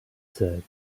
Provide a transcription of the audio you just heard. said